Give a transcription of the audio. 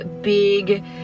big